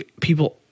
people